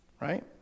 Right